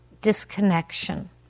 disconnection